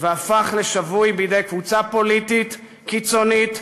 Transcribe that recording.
והפך לשבוי בידי קבוצה פוליטית קיצונית,